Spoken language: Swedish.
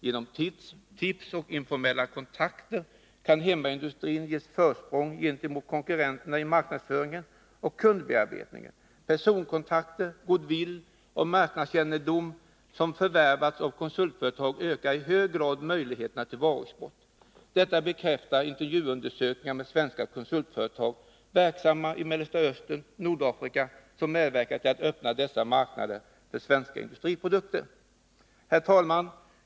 Genom tips och informella kontakter kan hemmaindustrin ges försprång gentemot konkurrenter i marknadsföring och kundbearbetning. Personkontakter, goodwill och marknadskännedom, som förvärvats av konsultföretag, ökar i hög grad möjligheterna för varuexport. Detta bekräftar intervjuundersökningar med svenska konsultföretag verksamma i Mellersta Östern och Nordafrika, som medverkat till att öppna dessa marknader för svenska industriprodukter. Herr talman!